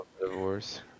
divorce